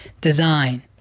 design